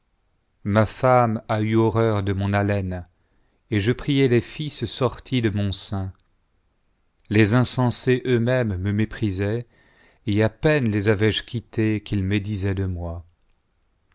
ma femme a eu horreur de mon haleine et je priais les fils sortis de mon sein les insensés eux-mêmes me méprisaient et à peine les avais-je quittés qu'ils médisaient de moi